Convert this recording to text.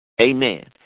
Amen